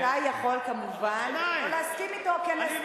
אתה יכול כמובן לא להסכים אתו, או כן להסכים.